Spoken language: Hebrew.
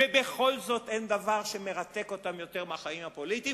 ובכל זאת אין דבר שמרתק אותם יותר מהחיים הפוליטיים,